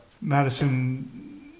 Madison